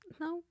no